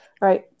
right